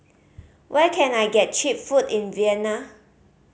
where can I get cheap food in Vienna